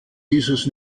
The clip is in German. dieses